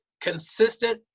consistent